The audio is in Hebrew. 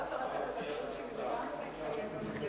אפשר לצרף את זה לדיון שממילא